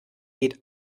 geht